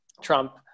Trump